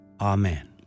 Amen